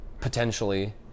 potentially